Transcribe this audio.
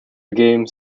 games